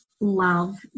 love